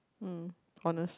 mm honest